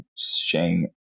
Shang